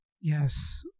Yes